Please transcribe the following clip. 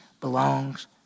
belongs